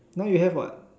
now you have what